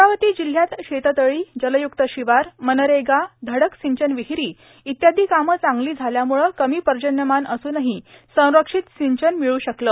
अमरावती जिल्ह्यात शेततळी जलयुक्त शिवार मनरेगा धडक सिंचन विहिरी आदी कामं चांगली झाल्यामुळं कमी पर्जन्यमान असूनही संरक्षित सिंचन मिळू शकलं